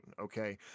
Okay